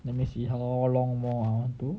let me see how long more I want to